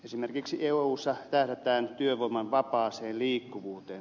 esimerkiksi eussa tähdätään työvoiman vapaaseen liikkuvuuteen